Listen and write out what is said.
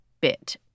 bit